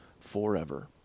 forever